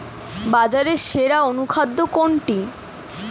বাজারে সেরা অনুখাদ্য কোনটি?